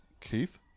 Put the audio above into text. Keith